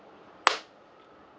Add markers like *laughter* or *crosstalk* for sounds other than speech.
*noise*